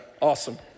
awesome